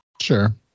Sure